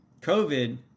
COVID